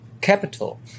Capital